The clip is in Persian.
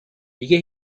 دیگه